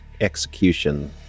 execution